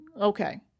Okay